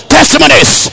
Testimonies